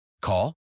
Call